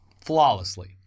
Flawlessly